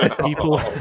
People